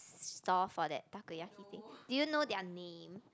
stall for that takoyaki thing do you know their name